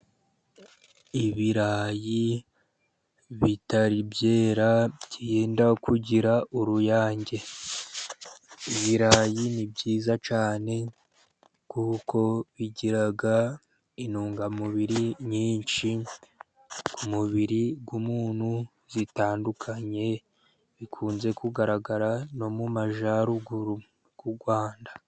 Ibirayi bitari byera byenda kugira uruyange. Ibirayi ni byiza cyane kuko bigira intungamubiri nyinshi ku mubiri w'umuntu, zitandukanye. Bikunze kugaragara no mu majyaruguru y'u Rwanda.